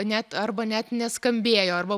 net arba net neskambėjo arba